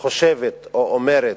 חושבת או אומרת: